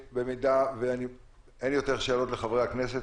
אין יותר שאלות לחברי הכנסת,